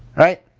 right?